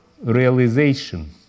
realization